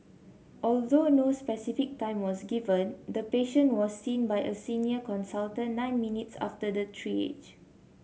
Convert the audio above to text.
although no specific time was given the patient was seen by a senior consultant nine minutes after the triage